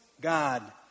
God